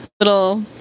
little